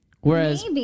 Whereas